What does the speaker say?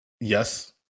Yes